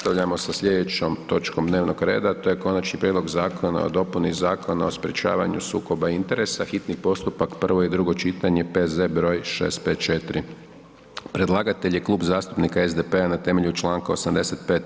Nastavljamo sa slijedećom točkom dnevnog reda, to je: - Konačni prijedlog Zakona o dopuni Zakona o sprječavanju sukoba interesa, hitni postupak, prvo i drugo čitanje, P.Z. broj 654 Predlagatelj je Klub zastupnika SDP-a na temelju Članka 85.